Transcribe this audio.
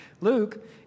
Luke